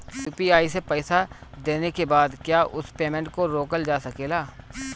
UPI से पईसा देने के बाद क्या उस पेमेंट को रोकल जा सकेला?